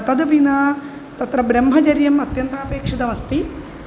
तदपि न तत्र ब्रह्मचर्यम् अत्यन्तमपेक्षितमस्ति